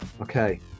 Okay